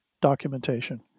documentation